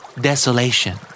Desolation